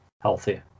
healthy